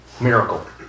miracle